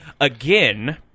again